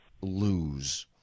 lose